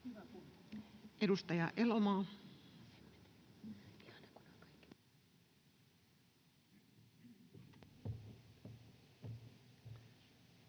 Edustaja Elomaa.